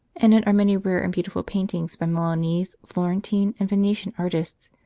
in it are many rare and beautiful paintings by milanese, florentine, and venetian artists.